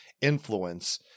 influence